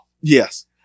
Yes